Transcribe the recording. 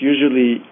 usually